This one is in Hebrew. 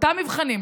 ואותם מבחנים,